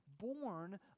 born